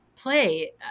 play